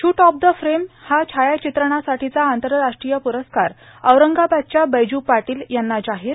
shoot of the frame हा छायाचित्रणासाठीचा आंतरराष्ट्रीय प्रस्कार औरंगाबादच्या बैज् पाटील यांना जाहीर